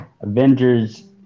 Avengers